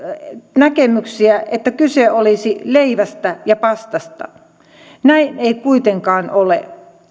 näkemyksiä että kyse olisi leivästä ja pastasta näin ei kuitenkaan ole